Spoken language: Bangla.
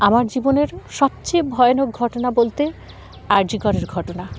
আমার জীবনের সবচেয়ে ভয়ানক ঘটনা বলতে আর জি করের ঘটনা